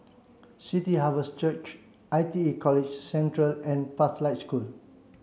City Harvest Church I T E College Central and Pathlight School